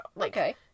Okay